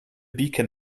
beacon